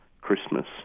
Christmas